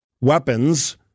weapons